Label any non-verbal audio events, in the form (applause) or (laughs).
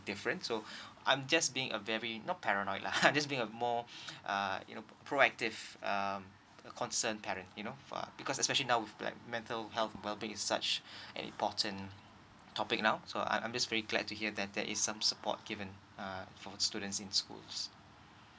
different so I'm just being a very not paranoid lah (laughs) just being a more uh you know proactive um concern parent you know uh because especially now with like mental health well being is such an important topic now so I'm I'm just really glad to hear that there is some support given uh for the students in schools